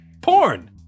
Porn